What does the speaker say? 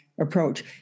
approach